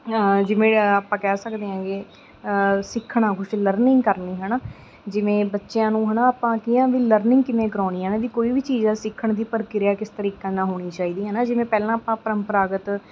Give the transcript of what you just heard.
ਜਿਵੇਂ ਆਪਾਂ ਕਹਿ ਸਕਦੇ ਹੈਗੇ ਸਿੱਖਣਾ ਕੁਛ ਲਰਨਿੰਗ ਕਰਨੀ ਹੈ ਨਾ ਜਿਵੇਂ ਬੱਚਿਆਂ ਨੂੰ ਹੈ ਨਾ ਆਪਾਂ ਕੀ ਆ ਵੀ ਲਰਨਿੰਗ ਕਿਵੇਂ ਕਰਾਉਣੀ ਆ ਨਾ ਇਹਦੀ ਕੋਈ ਵੀ ਚੀਜ਼ ਸਿੱਖਣ ਦੀ ਪ੍ਰਕਿਰਿਆ ਕਿਸ ਤਰੀਕੇ ਨਾਲ ਹੋਣੀ ਚਾਹੀਦੀ ਹੈ ਨਾ ਜਿਵੇਂ ਪਹਿਲਾਂ ਆਪਾਂ ਪਰੰਪਰਾਗਤ